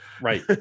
Right